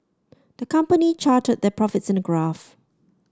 the company charted their profits in a graph